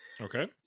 Okay